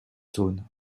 saône